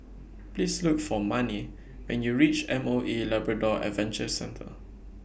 Please Look For Manie when YOU REACH M O E Labrador Adventure Centre